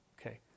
Okay